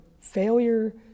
failure